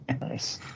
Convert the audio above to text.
nice